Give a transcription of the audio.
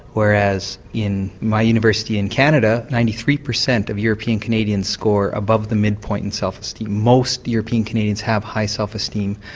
whereas in my university in canada, ninety three percent of european canadians score above the midpoint in self-esteem. most european canadians have high self-esteem.